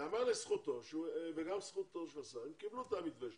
יאמר לזכותם שהם קיבלו את המתווה שלנו,